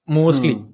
mostly